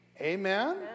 Amen